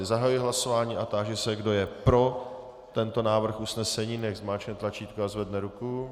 Zahajuji hlasování a táži se, kdo je pro tento návrh usnesení, nechť zmáčkne tlačítko a zvedne ruku.